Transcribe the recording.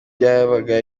byari